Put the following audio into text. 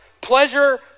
Pleasure